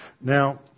Now